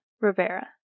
Rivera